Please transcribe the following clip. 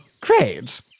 Great